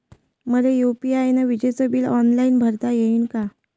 मले यू.पी.आय न विजेचे बिल ऑनलाईन भरता येईन का?